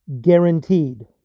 guaranteed